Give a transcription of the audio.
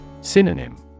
Synonym